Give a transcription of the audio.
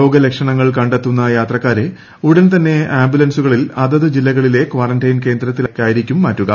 രോഗ ലക്ഷണങ്ങൾ കണ്ടെത്തുന്ന യാത്രക്കാരെ ഉടൻ തന്നെ ആംബുലൻസുകളിൽ അതതു ജില്ലകളിലെ കാറന്റൈൻ കേന്ദ്രത്തിലേക്കായിരിക്കും മാറ്റുക